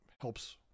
helps